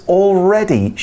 already